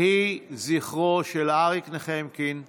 יהי זכרו של אריק נחמקין ברוך.